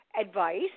advice